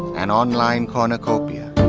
an online cornucopia,